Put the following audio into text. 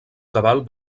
cabal